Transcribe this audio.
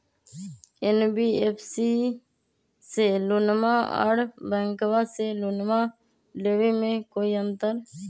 NBFC से लोनमा आर बैंकबा से लोनमा ले बे में कोइ अंतर?